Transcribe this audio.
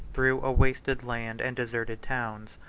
through a wasted land and deserted towns,